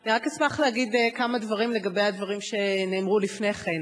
אני אשמח להגיד כמה דברים לגבי הדברים שנאמרו לפני כן.